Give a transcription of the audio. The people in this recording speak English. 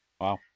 Wow